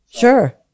Sure